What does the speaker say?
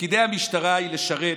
תפקידי המשטרה הם לשרת,